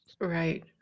Right